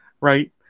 right